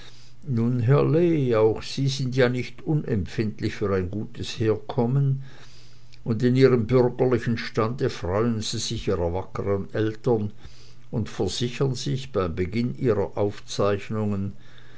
lee auch sie sind ja nicht unempfindlich für ein gutes herkommen und in ihrem bürgerlichen stande freuen sie sich ihrer wackeren eltern und versichern sich beim beginn ihrer aufzeichnungen